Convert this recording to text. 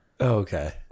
Okay